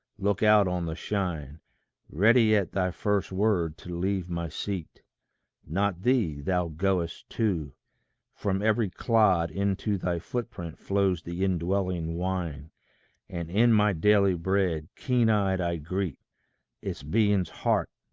look out on the shine ready at thy first word to leave my seat not thee thou goest too. from every clod into thy footprint flows the indwelling wine and in my daily bread, keen-eyed i greet its being's heart,